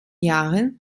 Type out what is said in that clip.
jahren